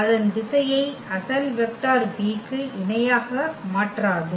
அதன் திசையை அசல் வெக்டர் v க்கு இணையாக மாற்றாது